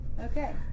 Okay